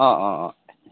অ অ অ